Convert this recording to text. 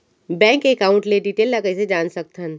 Bank account के detail ल कइसे जान सकथन?